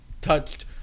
touched